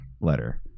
letter